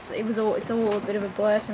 it was all it's all a bit of a blur